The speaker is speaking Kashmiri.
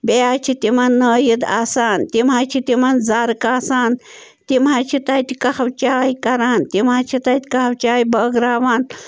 بیٚیہِ حظ چھِ تِمَن نٲیِد آسان تِم حظ چھِ تِمَن زَرٕ کاسان تِم حظ چھِ تَتہِ کاہوٕ چاے کران تِم حظ چھِ تَتہِ کاہوٕ چاے بٲگٕراوان